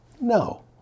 no